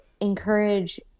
encourage